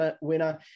winner